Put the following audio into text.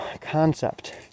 concept